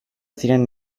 ziren